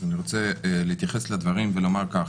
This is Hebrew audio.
אני רוצה להתייחס לדברים ולומר כך,